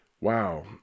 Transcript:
Wow